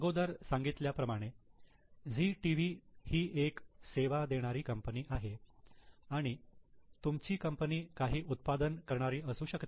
अगोदर सांगितल्या प्रमाणे झी टीव्ही ही एक सेवा देणारी कंपनी आहे आणि तुमची कंपनी काही उत्पादन करणारी असू शकते